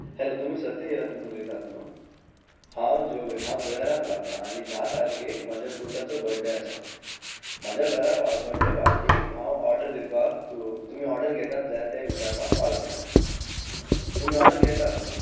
hello तुमी सत्यइरादिन उलयतात न्हू हांव जॉवेन धुळेरांत रावतां आनी धा तारकेक म्हज्या पुताचो बर्थडे आसा म्हाज्या घरा बर्थडे पार्टीक हांव ऑर्डर दिवपाक तूं तुमी ऑर्डर घेतात जाल्यार विचारपाक कॉल केला तुमी ऑर्डर घेतात न्हू